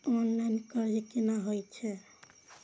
Online कर्ज केना होई छै?